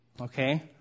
okay